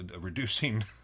reducing